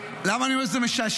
למה אני אומר שזה משעשע?